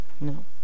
No